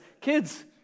kids